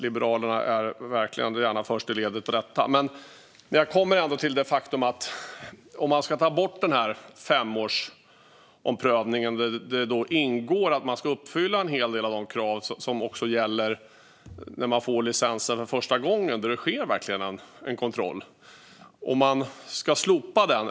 Liberalerna är gärna först i ledet när det gäller detta. Men jag återkommer till ett faktum gällande att ta bort femårsomprövningen, där det ingår att man ska uppfylla en hel del av de krav som gäller när man får licensen för första gången, då det verkligen sker en kontroll.